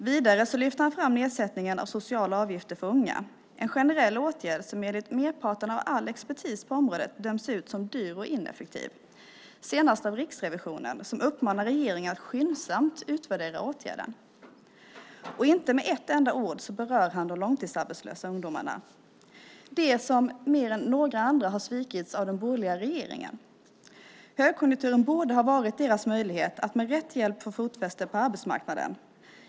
Vidare lyfter han fram nedsättningen av sociala avgifter för unga, en generell åtgärd som av merparten av all expertis på området döms ut som dyr och ineffektiv, senast av Riksrevisionen som uppmanar regeringen att skyndsamt utvärdera åtgärden. Inte med ett enda ord berör han de långtidsarbetslösa ungdomarna, de som mer än några andra har svikits av den borgerliga regeringen. Högkonjunkturen borde ha varit deras möjlighet att med rätt hjälp få fotfäste på arbetsmarknaden.